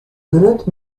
grut